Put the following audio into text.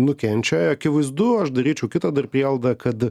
nukenčia akivaizdu aš daryčiau kitą dar prielaidą kad